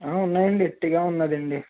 ఉన్నాయి అండి ఎర్టిగా ఉన్నది అండి